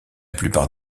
plupart